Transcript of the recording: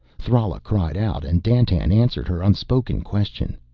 thrala cried out and dandtan answered her unspoken question.